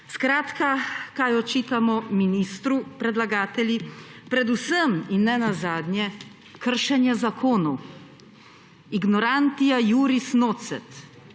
Skratka, kaj očitamo ministru predlagatelji? Predvsem in nenazadnje kršenje zakonov, ingorantia iuris nocet,